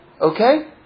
okay